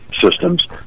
systems